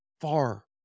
far